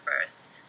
first